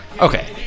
Okay